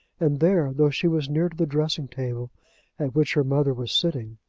and there, though she was near to the dressing-table at which her mother was sitting,